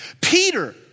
Peter